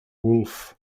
wolf